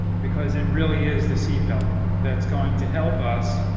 because it really is the seat belt that's going to help us.